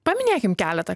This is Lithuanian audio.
paminėkim keletą